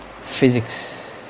Physics